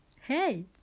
hey